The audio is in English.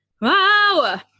wow